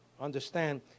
understand